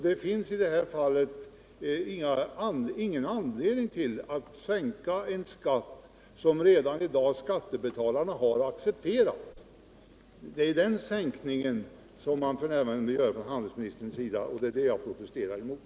Det finns i det här fallet ingen anledning att sänka en skatt som skattebetalarna redan har accepterat. Det är en sådan sänkning handelsministern vill göra, och det är det jag protesterar emot.